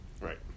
Right